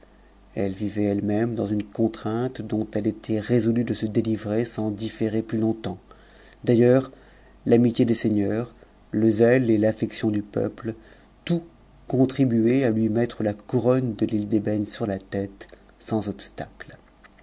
elle vivait elle-même dans une contrainte dont e était résolue de se délivrer sans différer plus longtemps d'ai tet s l'amitié des seigneurs le zèle et l'affection du peuple tout contribuait lui mettre la couronne de l'île d'ébène sur la tête sans obstacle